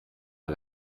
par